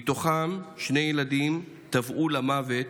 מהם שני ילדים טבעו למוות